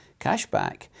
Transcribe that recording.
cashback